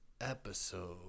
episode